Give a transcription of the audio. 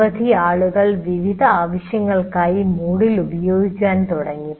നിരവധി ആളുകൾ വിവിധ ആവശ്യങ്ങൾക്കായി MOODLE ഉപയോഗിക്കാൻ തുടങ്ങി